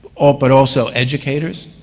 ah but also educators,